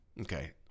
okay